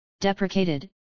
deprecated